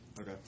Okay